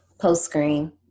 post-screen